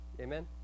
Amen